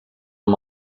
amb